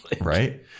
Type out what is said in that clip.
right